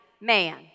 man